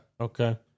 okay